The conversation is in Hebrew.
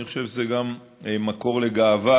אני חושב שזה מקור לגאווה,